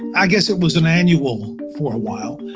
i guess it was an annual for a while,